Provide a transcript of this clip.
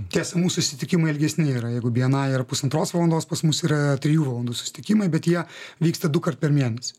tiesa mūsų susitikimai ilgesni yra jeigu bni yra pusantros valandos pas mus yra trijų valandų susitikimai bet jie vyksta dukart per mėnesį